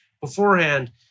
beforehand